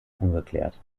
ungeklärt